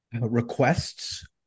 requests